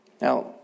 Now